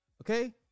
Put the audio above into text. Okay